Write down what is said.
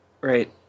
Right